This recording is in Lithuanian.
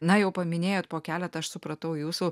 na jau paminėjot po keletą aš supratau jūsų